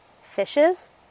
fishes